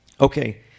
Okay